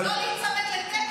לא להיצמד לטקסט.